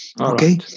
okay